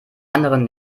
anderen